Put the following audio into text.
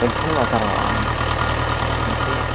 बेंथल बाजाराव आं मोनसे